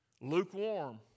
Lukewarm